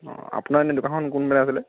আপোনাৰ এনেই দোকানখন কোনফালে আছিলে